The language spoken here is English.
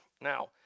Now